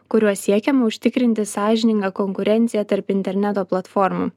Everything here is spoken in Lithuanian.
kuriuo siekiama užtikrinti sąžiningą konkurenciją tarp interneto platformų